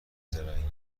زرنگه